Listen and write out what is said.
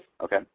okay